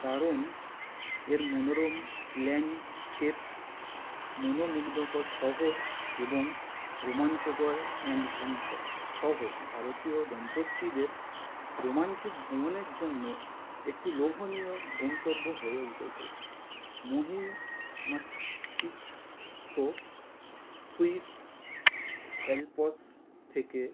কারণ এর মনোরম ল্যান্ডস্কেপ মনমুগ্ধকর শহর এবং রোমাঞ্চকর অ্যাডভেঞ্চার সহ ভারতীয় দম্পতিদের রোম্যান্টিক ভ্রমণের জন্য একটি লোভনীয় গন্তব্য হয়ে উঠেছে মহিমান্বিত সুইস অ্যালপ্স থেকে